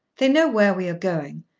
they know where we are going,